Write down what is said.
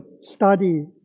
study